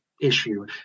Issue